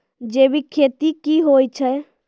जैविक खेती की होय छै?